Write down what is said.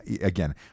Again